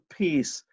peace